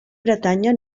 bretanya